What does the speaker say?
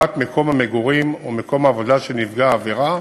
מקום המגורים או מקום העבודה של נפגע העבירה,